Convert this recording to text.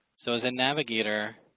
so as a navigator,